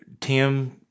Tim